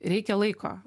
reikia laiko